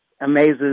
amazes